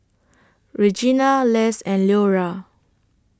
Regena Less and Leora